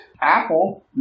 Apple